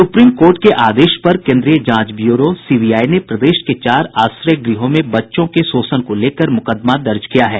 supreme Court के आदेश पर केंद्रीय जांच ब्यूरो ने प्रदेश के चार आश्रय गृहों में बच्चों के शोषण को लेकर मुकदमा दर्ज किया है